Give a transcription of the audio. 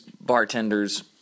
bartenders